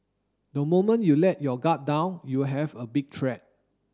the moment you let your guard down you will have a big threat